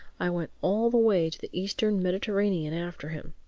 i went all the way to the eastern mediterranean after him.